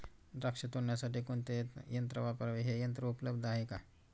द्राक्ष तोडण्यासाठी कोणते यंत्र वापरावे? हे यंत्र उपलब्ध आहे का?